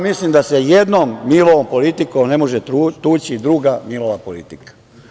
Mislim da sa jednom Milovom politikom ne može tući druga Milova politika.